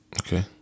Okay